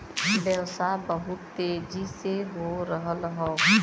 व्यवसाय बहुत तेजी से हो रहल हौ